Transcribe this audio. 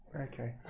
Okay